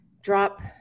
drop